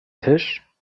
tisch